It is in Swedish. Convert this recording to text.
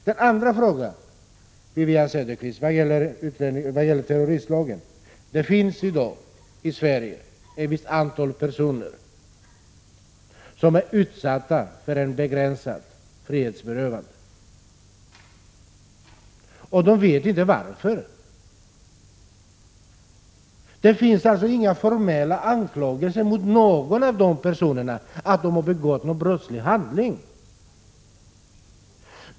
Den andra frågan, Wivi-Anne Cederqvist, gällde terroristlagen. Det finns i dag i Sverige ett visst antal personer som är utsatta för ett begränsat frihetsberövande — och de vet inte varför. Det finns alltså inga formella anklagelser mot någon av de personerna, att de har begått någon brottslig handling.